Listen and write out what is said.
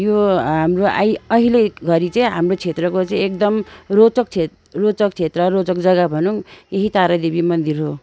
यो हाम्रो आई अहिलेघरि चाहिँ हाम्रो क्षेत्रको चाहिँ एकदम रोचक क्षे रोचक क्षेत्र रोचक जग्गा भनौँ यही तारादेवी मन्दिर हो